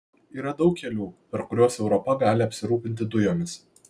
yra daug kelių per kuriuos europa gali apsirūpinti dujomis